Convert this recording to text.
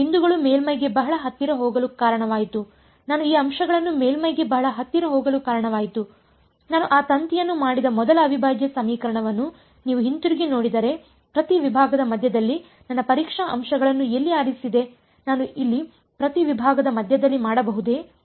ಈ ಬಿಂದುಗಳು ಮೇಲ್ಮೈಗೆ ಬಹಳ ಹತ್ತಿರ ಹೋಗಲು ಕಾರಣವಾಯಿತುನಾನು ಈ ಅಂಶಗಳನ್ನು ಮೇಲ್ಮೈಗೆ ಬಹಳ ಹತ್ತಿರ ಹೋಗಲು ಕಾರಣವಾಯಿತು ನಾನು ಆ ತಂತಿಯನ್ನು ಮಾಡಿದ ಮೊದಲ ಅವಿಭಾಜ್ಯ ಸಮೀಕರಣವನ್ನು ನೀವು ಹಿಂತಿರುಗಿ ನೋಡಿದರೆ ಪ್ರತಿ ವಿಭಾಗದ ಮಧ್ಯದಲ್ಲಿ ನನ್ನ ಪರೀಕ್ಷಾ ಅಂಶಗಳನ್ನು ಎಲ್ಲಿ ಆರಿಸಿದೆ ನಾನು ಇಲ್ಲಿ ಪ್ರತಿ ವಿಭಾಗದ ಮಧ್ಯದಲ್ಲಿ ಮಾಡಬಹುದೇ